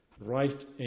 right